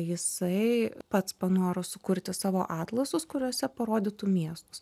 jisai pats panoro sukurti savo atlasus kuriuose parodytų miestus